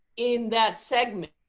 in that segment,